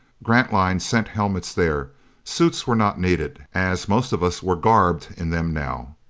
grantline sent helmets there suits were not needed, as most of us were garbed in them now.